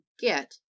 get